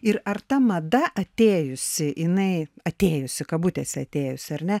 ir ar ta mada atėjusi jinai atėjusi kabutėse atėjusi ar ne